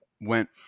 went